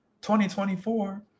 2024